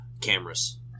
cameras